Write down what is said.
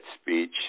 speech